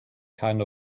kind